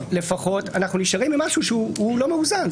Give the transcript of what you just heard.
בינתיים לפחות אנחנו נשארים עם משהו שהוא לא מאוזן.